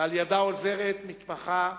ועל-ידה עוזרת מתמחה,